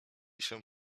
się